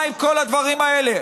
מה עם כל הדברים האלה?